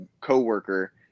co-worker